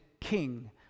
king